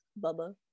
Bubba